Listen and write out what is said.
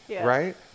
Right